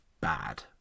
bad